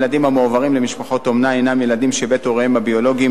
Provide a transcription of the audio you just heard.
ילדים המועברים למשפחות אומנה הינם ילדים שבית הוריהם הביולוגיים